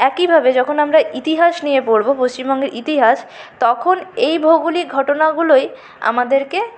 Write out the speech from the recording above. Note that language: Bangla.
একইভাবে যখন আমরা ইতিহাস নিয়ে পড়বো পশ্চিমবঙ্গের ইতিহাস তখন এই ভৌগোলিক ঘটনাগুলোই আমাদেরকে